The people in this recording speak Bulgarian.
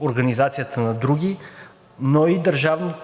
организацията на други, но и